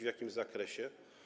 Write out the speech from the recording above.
W jakim zakresie?